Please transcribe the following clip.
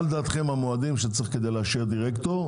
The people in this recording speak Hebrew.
לדעתכם המועדים שצריך כדי לאשר דירקטור.